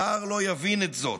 זר לא יבין את זאת,